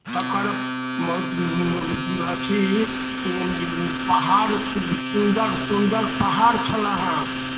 तकर अथी पहाड़ सुन्दर सुन्दर पहाड़ छलय हेँ